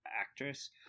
actress